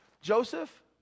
Joseph